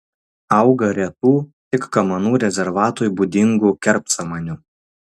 auga retų tik kamanų rezervatui būdingų kerpsamanių